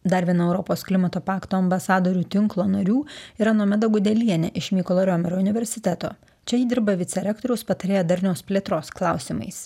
dar viena europos klimato pakto ambasadorių tinklo narių yra nomeda gudelienė iš mykolo romerio universiteto čia ji dirba vicerektoriaus patarėja darnios plėtros klausimais